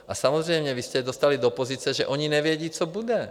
A samozřejmě vy jste je dostali do pozice, že oni nevědí, co bude.